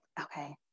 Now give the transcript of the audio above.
Okay